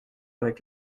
avec